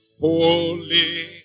holy